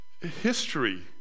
History